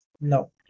No